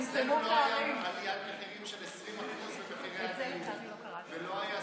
אצלנו לא הייתה עליית מחירים של 20% ולא היה סחרור,